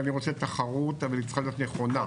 אני רוצה תחרות אבל היא צריכה להיות נכונה.